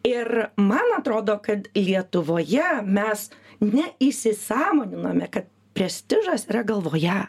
ir man atrodo kad lietuvoje mes neįsisąmoninome kad prestižas yra galvoje